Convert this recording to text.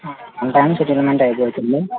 one time settlement అయిపోతుంది